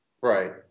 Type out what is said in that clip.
Right